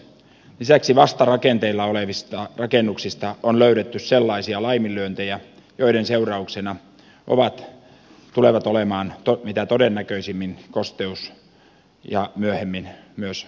lisäksi vasta rakenteilla olevista rakennuksista on löydetty sellaisia laiminlyöntejä joiden seurauksena tulevat olemaan mitä todennäköisimmin kosteus ja myöhemmin myös homevauriot